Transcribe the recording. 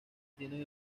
tienen